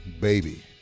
Baby